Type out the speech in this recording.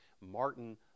Martin